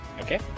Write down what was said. Okay